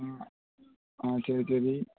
ஆ ஆ சரி சரி